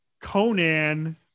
Conan